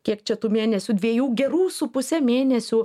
kiek čia tų mėnesių dviejų gerų su puse mėnesių